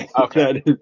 Okay